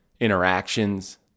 interactions